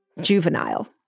Juvenile